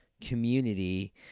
community